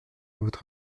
votre